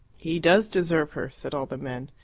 he does deserve her, said all the men.